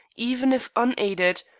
even if unaided,